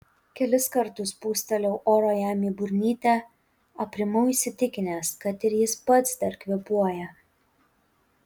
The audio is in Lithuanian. kelis kartus pūstelėjau oro jam į burnytę aprimau įsitikinęs kad ir jis pats dar kvėpuoja